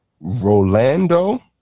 Rolando